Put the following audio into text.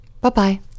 Bye-bye